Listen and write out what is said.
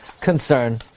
concern